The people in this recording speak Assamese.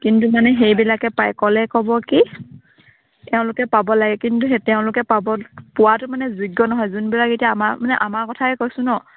কিন্তু মানে সেইবিলাকে পায় ক'লে ক'ব কি তেওঁলোকে পাব লাগে কিন্তু তেওঁলোকে পাব পোৱাটো মানে যোগ্য নহয় যোনবিলাক এতিয়া আমাৰ মানে আমাৰ কথাই কৈছোঁ ন